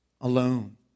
alone